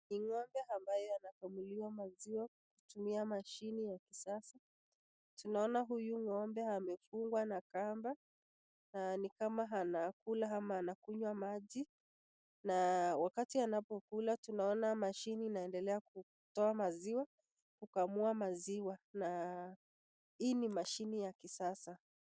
Ni ng'ombe ambaye anakamuliwa maziwa kutumia mashine ya kisasa, tunaona huyu ng'ombe amefungwa na kamba na ni kama anakula ama anakunywa maji, na wakati anapokula tunaona mashini inaendelea kutoa maziwa, kukamua maziwa na hii ni mashini ya kisasa.